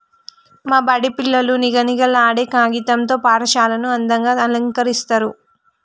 మా బడి పిల్లలు నిగనిగలాడే కాగితం తో పాఠశాలను అందంగ అలంకరిస్తరు